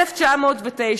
1909,